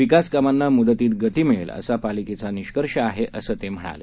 विकासकामांनामुदतीतगतीमिळेलअसापालिकेचानिष्कर्षआहे असंतेम्हणाले